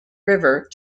river